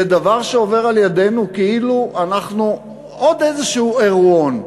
זה דבר שעובר לידנו כאילו זה עוד איזשהו אירועון,